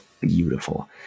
Beautiful